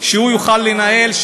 שהוא יוכל לנהל,